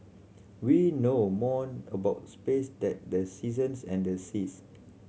we know more about space than the seasons and the seas